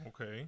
Okay